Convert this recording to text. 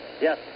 Yes